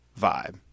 vibe